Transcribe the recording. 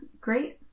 Great